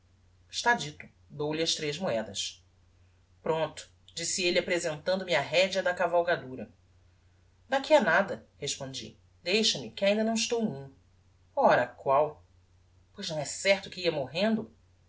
está dito dou-lhe as tres moedas prompto disse elle apresentando me a redea da cavalgadura daqui a nada respondi deixa-me que ainda não estou em mim ora qual pois não é certo que ia morrendo